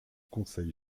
conseil